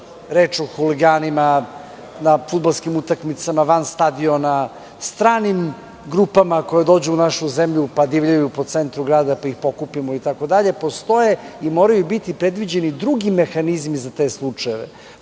npr. huligani na fudbalskim utakmicama van stadiona, stranim grupama koje dođu u našu zemlju pa divljaju po centru grada pa ih pokupimo, postoje i moraju biti predviđeni drugi mehanizmi za te slučajeve